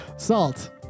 Salt